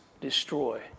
destroy